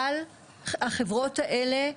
אבל החברות האלה,